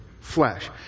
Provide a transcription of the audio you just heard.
flesh